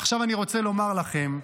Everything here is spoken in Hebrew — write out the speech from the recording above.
עכשיו אני רוצה לומר לכם,